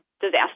disaster